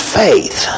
faith